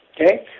okay